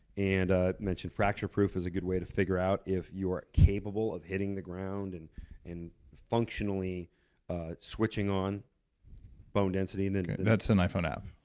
and i mentioned fracture proof is a good way to figure out if you are capable of hitting the ground and functionally switching on bone density. and that's an iphone app?